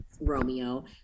Romeo